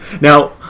Now